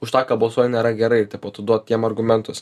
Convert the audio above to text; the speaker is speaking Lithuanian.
už tą ką balsuoji nėra gerai ir tai po to duok jiem argumentus